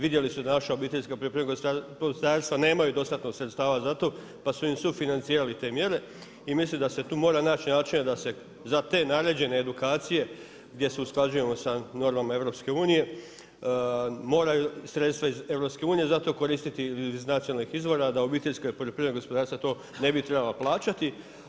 Vidjeli su da naša obiteljska poljoprivredna gospodarstva nemaju dostatna sredstava za to, pa su im sufinancirali te mjere i mislim da se tu mora naći načina da se za te naređene edukacije gdje se usklađujemo sa normama EU, moraju sredstva EU za to koristi i iz nacionalnih izvora, da obiteljska poljoprivredna gospodarstva to ne bi trebali plaćati.